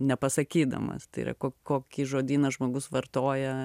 nepasakydamas tai yra kokį žodyną žmogus vartoja